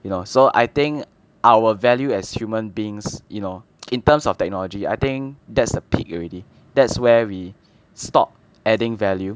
you know so I think our value as human beings you know in terms of technology I think that's a peak already that's where we stop adding value